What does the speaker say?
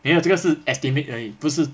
没有这个是 estimate 而已不是